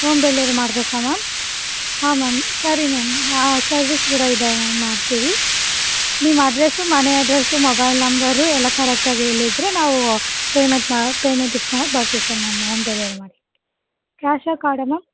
home delivery ಮಾಡಬೇಕಾ ma'am ಹಾಂ ma'am ಸರಿ ಮ್ಯಾಮ್ ಹಾಂ ಸರ್ವಿಸ್ ಕೂಡ ಇದ್ದಾವೆ ಮಾಡ್ತೀವಿ ನಿಮ್ಮ ಅಡ್ರಸ್ ಮನೆ ಅಡ್ರಸ್ ಮೊಬೈಲ್ ನಂಬರು ಎಲ್ಲ ಕರೆಕ್ಟ್ ಆಗಿ ಹೇಳಿದರೆ ನಾವು ಪೇಮೆಂಟ್ ಮಾ ಪೇಮೆಂಟ್ ಇಸ್ಕೊಳಕ್ಕೆ ಬರ್ತಿತ್ತು ಮ್ಯಾಮ್ ಹೋಮ್ ಡೆಲಿವರಿ ಮಾಡಿ ಕ್ಯಾಶಾ ಕಾರ್ಡಾ ಮ್ಯಾಮ್